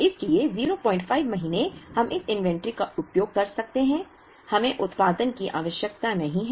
इसलिए 05 महीने हम इस इन्वेंट्री का उपयोग कर सकते हैं हमें उत्पादन की आवश्यकता नहीं है